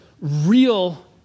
real